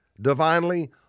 divinely